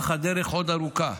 אך הדרך עוד ארוכה.